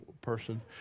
person